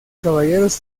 caballeros